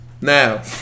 Now